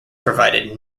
provided